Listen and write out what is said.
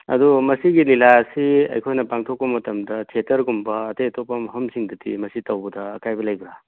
ꯑꯗꯨ ꯃꯁꯤꯒꯤ ꯂꯤꯂꯥꯁꯤ ꯑꯩꯈꯣꯏꯅ ꯄꯥꯡꯊꯣꯛꯄ ꯃꯇꯝꯗ ꯊꯦꯇꯔꯒꯨꯝꯕ ꯑꯇꯩ ꯑꯇꯣꯞꯄ ꯃꯐꯝꯁꯤꯡꯗꯗꯤ ꯃꯁꯤ ꯇꯧꯕꯗ ꯑꯀꯥꯏꯕ ꯂꯩꯕ꯭ꯔꯥ